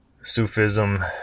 sufism